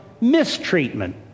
mistreatment